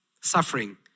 Suffering